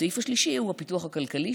הסעיף השלישי הוא הפיתוח הכלכלי,